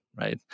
right